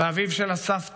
ואביו של אסף טובול,